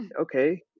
okay